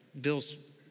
Bill's